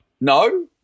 no